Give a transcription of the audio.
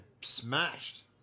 Smashed